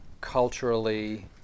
culturally